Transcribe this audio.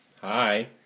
Hi